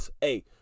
hey